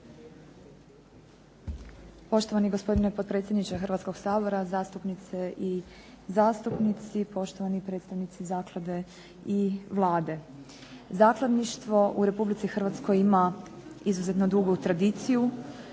Poštovani gospodine potpredsjedniče Hrvatskog sabora, zastupnice i zastupnici, poštovani predstavnici zaklade i Vlade. Zakladništvo u Republici Hrvatskoj ima izuzetno dugu tradiciju.